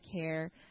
care